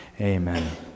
Amen